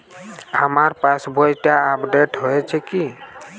আমার পাশবইটা আপডেট হয়েছে কি?